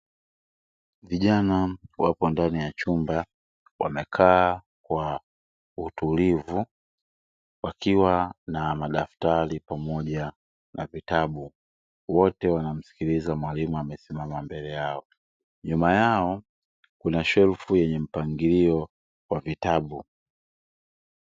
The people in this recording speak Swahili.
Vijana wapo ndani ya chumba wamekaa kwa utulivu wakiwa na madaftari pamoja na vitabu wote wanamsikiliza mwalimu amesimama mbele yao nyuma yao kuna shelfu yenye mpangilio wa vitabu.